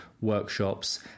workshops